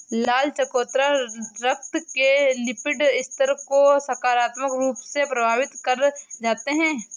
लाल चकोतरा रक्त के लिपिड स्तर को सकारात्मक रूप से प्रभावित कर जाते हैं